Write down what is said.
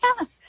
yes